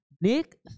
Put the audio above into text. Nick